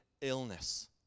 illness